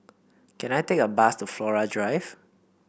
can I take a bus to Flora Drive